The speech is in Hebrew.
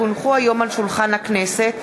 כי הונחו היום על שולחן הכנסת,